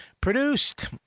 Produced